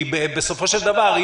כי בסופו של דבר,